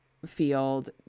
Field